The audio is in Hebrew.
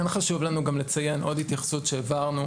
כן חשוב לנו גם לציין עוד התייחסות שהעברנו,